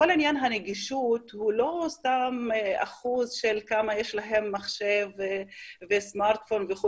כל עניין הנגישות הוא לא סתם אחוז של כמה יש להם מחשב וסמרטפון וכו',